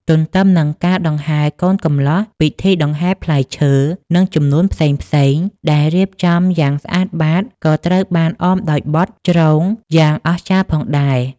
ទន្ទឹមនឹងការដង្ហែកូនកំលោះ ពិធីដង្ហែផ្លែឈើ និងជំនូនផ្សេងៗដែលរៀបចំយ៉ាងស្អាតបាត ក៏ត្រូវបានអមដោយបទ ជ្រង យ៉ាងអស្ចារ្យផងដែរ។